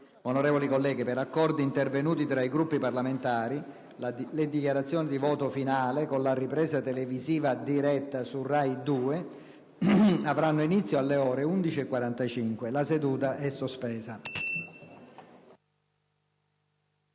Onorevoli colleghi, per accordi intervenuti tra i Gruppi parlamentari, le dichiarazioni di voto finale, con ripresa televisiva diretta su RAI Due, avranno inizio alle ore 11,45. Sospendo